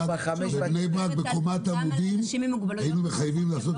בבני ברק בקומת עמודים היינו מחייבים לעשות